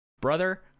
Brother